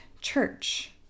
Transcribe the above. church